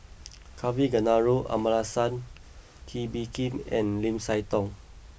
Kavignareru Amallathasan Kee Bee Khim and Lim Siah Tong